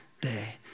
day